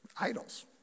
idols